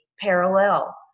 parallel